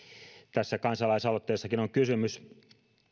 tässä kansalaisaloitteessakin on kysymys